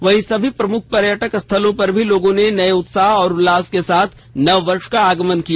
वहीं सभी प्रमुख पर्यटक स्थलों पर भी लोगों ने नये उत्साह और उल्लास के साथ नववर्ष का स्वागत किया